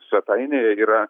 svetainėje yra